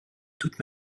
toute